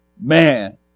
Man